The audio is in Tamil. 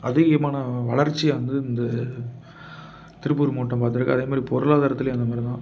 அதிகமான வளர்ச்சியை வந்து இந்த திருப்பூர் மாவட்டம் பார்த்துருக்கு அதேமாதிரி பொருளாதாரத்துலேயும் அந்தமாதிரி தான்